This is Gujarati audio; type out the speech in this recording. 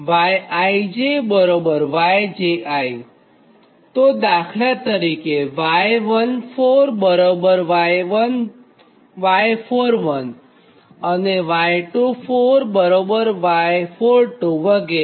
YijYji તોદાખલા તરીકે Y14Y41 અને Y24Y42 વગેરે